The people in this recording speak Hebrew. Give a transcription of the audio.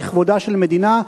לכבודה של מדינה,